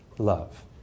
Love